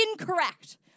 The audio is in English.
incorrect